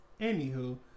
Anywho